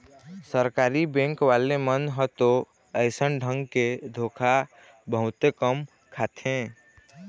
सरकारी बेंक वाले मन ह तो अइसन ढंग के धोखा बहुते कम खाथे